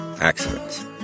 accidents